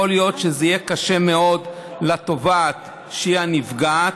יכול להיות שזה יהיה קשה מאוד לתובעת שהיא הנפגעת.